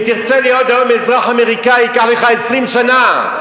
אם תרצה להיות אזרח אמריקני ייקח לך עשרים שנה,